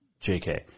JK